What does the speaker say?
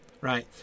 right